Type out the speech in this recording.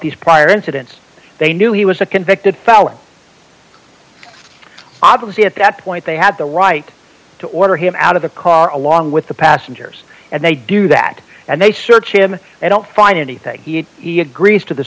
these prior incidents they knew he was a convicted felon obviously at that point they had the right to order him out of the car along with the passengers and they do that and they search him they don't find anything he agrees to the